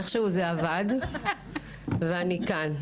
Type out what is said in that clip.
ואיכשהו זה עבד ואני כאן.